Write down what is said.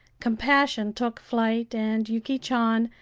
compassion took flight, and yuki chan,